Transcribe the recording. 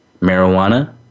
marijuana